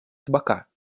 табака